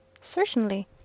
Certainly